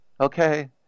okay